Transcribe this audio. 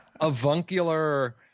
avuncular